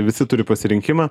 visi turi pasirinkimą